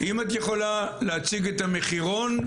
אם את יכולה להציג את המחירון,